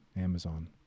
Amazon